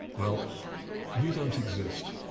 well you don't exist.